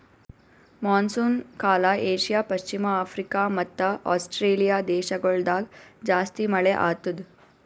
monsoon ಕಾಲ Asia, ಪಶ್ಚಿಮ Africa ಮತ್ತ ಆಸ್ಟ್ರೇಲಿಯಾ ದೇಶಗೊಳ್ದಾಗ್ ಜಾಸ್ತಿ ಮಳೆ ಆತ್ತುದ್